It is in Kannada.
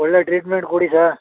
ಒಳ್ಳೆಯ ಟ್ರೀಟ್ಮೆಂಟ್ ಕೊಡಿ ಸಾರ್